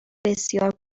بسیار